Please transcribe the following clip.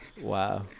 wow